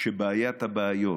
שבעיית הבעיות,